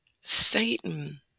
Satan